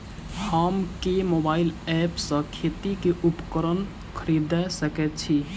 हम केँ mobile app सँ खेती केँ उपकरण खरीदै सकैत छी?